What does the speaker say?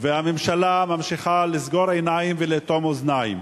והממשלה ממשיכה לסגור עיניים ולאטום אוזניים.